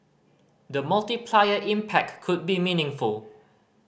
the multiplier impact could be meaningful